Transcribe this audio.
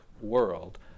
world